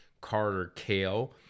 Carter-Kale